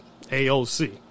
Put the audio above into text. AOC